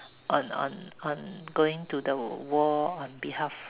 on on on going to the war on behalf